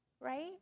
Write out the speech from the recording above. Right